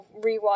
rewatch